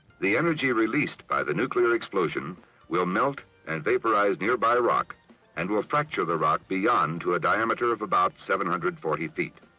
the energy released by the nuclear explosion will melt and vaporize nearby rock and will fracture the rock beyond to a diameter of about seven hundred and forty feet.